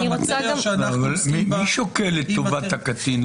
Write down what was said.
המטריה שאנחנו עוסקים בה --- מי שוקל את טובת הקטין?